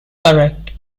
correct